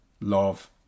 love